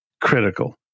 Critical